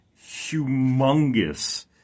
humongous